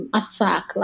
attack